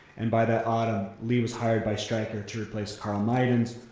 and by that autumn, lee was hired by stryker to replace carl mydans,